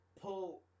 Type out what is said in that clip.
pull